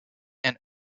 and